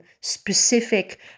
specific